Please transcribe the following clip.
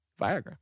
Viagra